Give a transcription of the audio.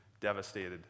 devastated